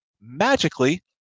magically